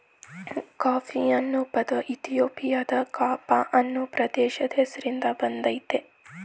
coffee ಅನ್ನೊ ಪದ ಇಥಿಯೋಪಿಯಾದ ಕಾಫ ಅನ್ನೊ ಪ್ರದೇಶದ್ ಹೆಸ್ರಿನ್ದ ಬಂದಯ್ತೆ